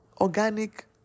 organic